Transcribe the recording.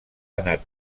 anat